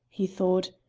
he thought.